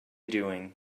doing